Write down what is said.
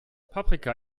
paprika